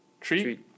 treat